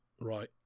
Right